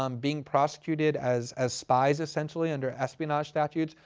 um being prosecuted as as spies, essentially, under espionage statute.